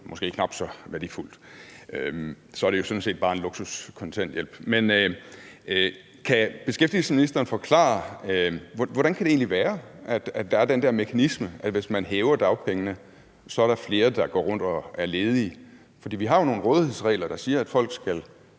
måske knap så værdifuldt. Så er det jo sådan set bare en luksuskontanthjælp. Men kan beskæftigelsesministeren forklare, hvordan det egentlig kan være, at der er den der mekanisme, at hvis man hæver dagpengene, er der flere, der går rundt og er ledige? For vi har jo nogle rådighedsregler, der siger, at folk skal